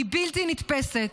היא בלתי נתפסת.